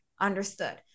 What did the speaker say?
understood